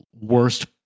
worst